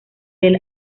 del